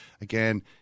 Again